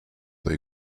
they